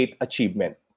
Achievement